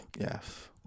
Yes